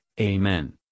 Amen